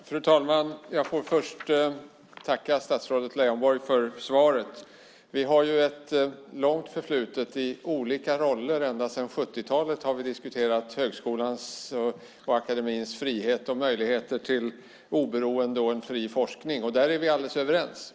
Fru talman! Jag får först tacka statsrådet Leijonborg för svaret. Vi har ju ett långt förflutet i olika roller. Ända sedan 70-talet har vi diskuterat högskolans och akademins frihet och möjlighet till oberoende och en fri forskning. Där är vi alldeles överens.